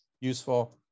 useful